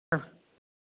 ആ